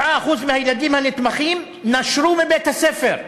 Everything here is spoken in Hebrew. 27% מהילדים הנתמכים נשרו מבית-הספר,